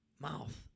mouth